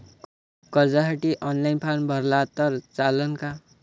कर्जसाठी online form भरला तर चालन का?